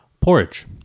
Porridge